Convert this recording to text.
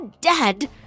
dead